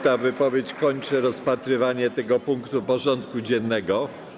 Ta wypowiedź kończy rozpatrywanie tego punktu porządku dziennego.